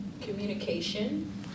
communication